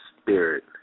Spirit